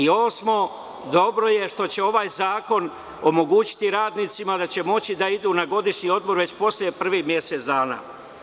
I osmo, dobro je što će ovaj zakon omogućiti radnicima da će moći da idu na godišnji odmor već posle prvih mesec dana.